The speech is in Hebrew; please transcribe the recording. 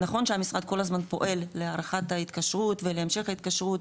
נכון שהמשרד כל הזמן פועל להארכת ההתקשרות ולהמשך ההתקשרות,